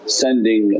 sending